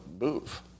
move